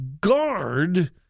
guard